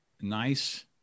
nice